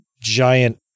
giant